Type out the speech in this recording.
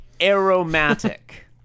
aromatic